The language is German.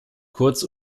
kurz